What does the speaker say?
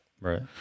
Right